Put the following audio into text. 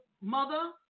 mother